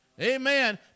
Amen